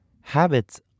Habits